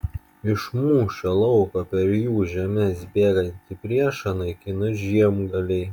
iš mūšio lauko per jų žemes bėgantį priešą naikino žiemgaliai